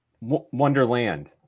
Wonderland